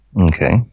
Okay